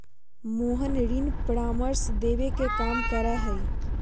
मोहन ऋण परामर्श देवे के काम करा हई